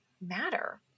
matter